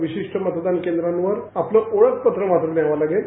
विशिष्ठ मतदान केंद्रावर आपलं ओळखपत्र मात्र न्यावं लागेल